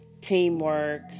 teamwork